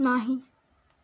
नाही